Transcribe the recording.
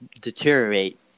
deteriorate